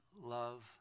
love